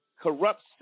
corrupt